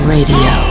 Radio